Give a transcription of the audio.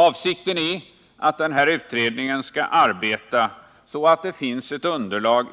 Avsikten är att utredningen skall arbeta så, att det i höst finns ett underlag